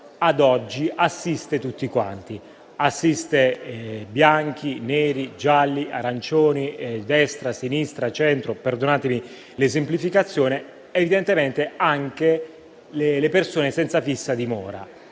ad oggi assiste tutti quanti: bianchi, neri, gialli, arancioni, destra, sinistra, centro - perdonatemi l'esemplificazione - e quindi evidentemente anche le persone senza fissa dimora.